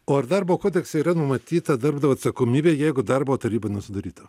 o ar darbo kodekse yra numatyta darbdavio atsakomybė jeigu darbo taryba nesudaryta